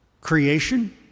creation